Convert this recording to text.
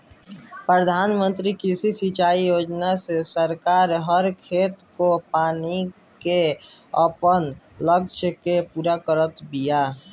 प्रधानमंत्री कृषि संचित योजना से सरकार हर खेत को पानी के आपन लक्ष्य के पूरा करत बिया